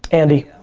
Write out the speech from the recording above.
andy.